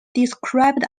described